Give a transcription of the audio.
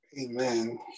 amen